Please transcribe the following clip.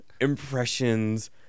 impressions